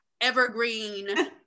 evergreen